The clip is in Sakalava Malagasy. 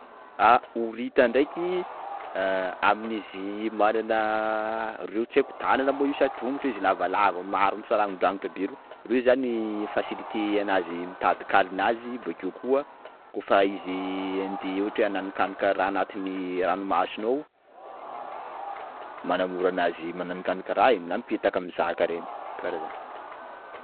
Ah horita ndraiky, amin'izy manana reo tsy haiko tanana moa io sa tongotra izy lavalava maro misarangondrangotra be reo, reo zamy mi-faciliter anazy mitady kalinazy bokeo koa kôfa izy andeha ohatra ananikanika raha anatiny ranomasina ao, manamora anazy mananikanika raha e, na mipetaka aminy zaka reny kara zany.